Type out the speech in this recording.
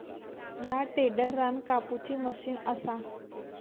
ह्या टेडर रान कापुची मशीन असा